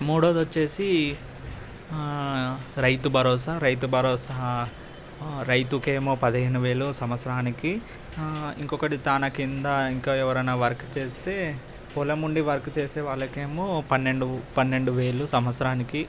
మూడోది వచ్చేసి రైతుభరోసా రైతుభరోసా రైతుకేమో పదిహేను వేలు సంవత్సరానికి ఇంకా ఒకటి తన కింద ఇంకా ఎవరయినా వర్క్ చేస్తే పొలముండి వర్క్ చేసేవాళ్ళకేమో పన్నెండు పన్నెండు వేలు సంవత్సరానికి